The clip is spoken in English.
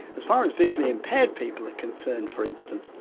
as far as visually impaired people are concerned, for instance,